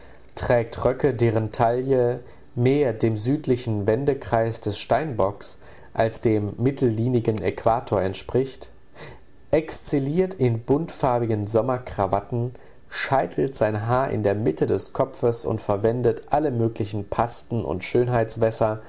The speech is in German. trägt röcke deren taille mehr dem südlichen wendekreis des steinbocks als dem mittellinigen äquator entspricht exzelliert in buntfarbigen sommerkrawatten scheitelt sein haar in der mitte des kopfes und verwendet alle möglichen pasten und